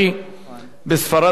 בספרד המצב קשה,